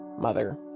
mother